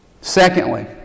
Secondly